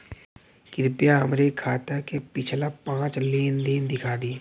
कृपया हमरे खाता क पिछला पांच लेन देन दिखा दी